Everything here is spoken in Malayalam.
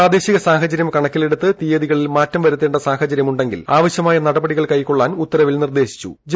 പ്രാദേശിക സാഹചര്യം കണ്ടുക്ക്ീല്ലെടുത്ത് തീയതികളിൽ മാറ്റം വരുത്തേണ്ട സാഹചര്യമുണ്ടെങ്കിൽ ആവ്സ്യമായ നടപടികൾ കൈക്കൊള്ളാൻ ഉത്തരവിൽ നിർദേശ്വിച്ചിട്ടു്ണ്ട്